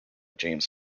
james